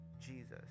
Jesus